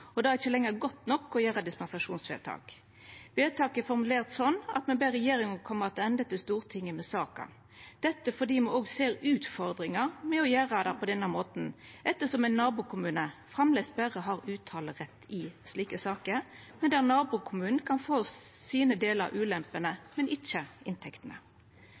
bygningslova. Det er ikkje lenger godt nok å gjera dispensasjonsvedtak. Vedtaket er formulert slik at me ber regjeringa koma attende til Stortinget med saka. Dette er fordi me også ser utfordringar med å gjera det på denne måten, ettersom ein nabokommune framleis berre har uttalerett i slike saker, medan ein nabokommune kan få sin del av ulempene, men ikkje inntektene.